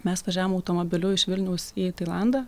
mes važiavome automobiliu iš vilniaus į tailandą